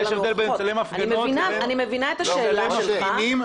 יש הבדל בין לצלם הפגנות לבין לצלם מפגינים,